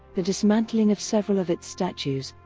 the dismantling of several of its statues,